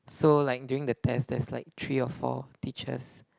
so like during the test there's like three or four teachers